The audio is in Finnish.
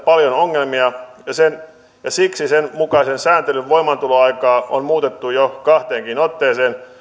paljon ongelmia ja siksi sen mukaisen sääntelyn voimaantuloaikaa on muutettu jo kahteenkin otteeseen